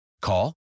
Call